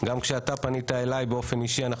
גם כשאתה פנית אליי באופן אישי אנחנו